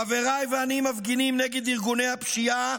חבריי ואני מפגינים נגד ארגוני הפשיעה